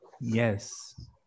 Yes